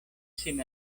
sin